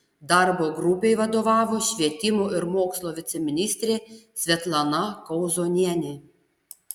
darbo grupei vadovavo švietimo ir mokslo viceministrė svetlana kauzonienė